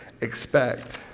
expect